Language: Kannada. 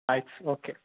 ಆಯಿತು ಓಕೆ